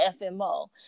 FMO